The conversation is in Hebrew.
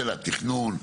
של התכנון,